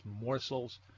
morsels